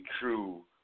true